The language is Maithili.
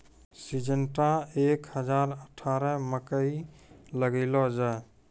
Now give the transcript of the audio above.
सिजेनटा एक हजार अठारह मकई लगैलो जाय?